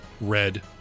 red